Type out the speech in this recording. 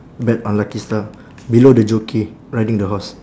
bet on lucky star below the jockey riding the horse